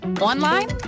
online